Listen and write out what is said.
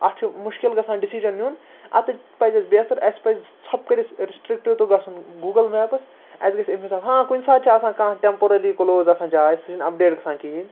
اَتھ چھِ مُشکِل گژھان ڈِسیٖجَن نیُن اَتِتھۍ پَزِ اَسہِ بہتر اَسہِ پَزِ ژھوٚپہٕ کٔرِتھ رِسٹِکٹیوٗ گژھُن گوٗگُل مٮ۪پٕس اَسہِ گژھِ أمِس ہاں کُنہِ ساتہٕ چھِ آسان کانٛہہ ٹیمپرلی کُلوز آسان جاے سُہ چھِنہٕ اپڈیٹ گژھان کِہیٖنۍ